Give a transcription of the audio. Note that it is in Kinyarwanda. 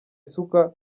isuka